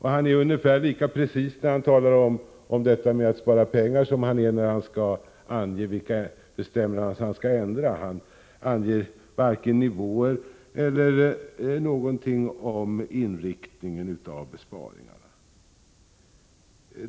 Han är ungefär lika precis när han talar om detta med att spara pengar som när han skall ange vilka bestämmelser han vill ändra; han anger varken nivåer eller någonting om inriktningen av besparingarna.